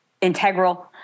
integral